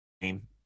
name